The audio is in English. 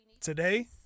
Today